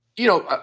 you know,